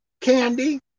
candy